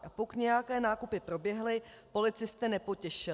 A pokud nějaké nákupy proběhly, policisty nepotěšily.